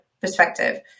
perspective